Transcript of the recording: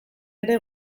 ere